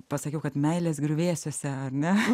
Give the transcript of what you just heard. pasakiau kad meilės griuvėsiuose ar ne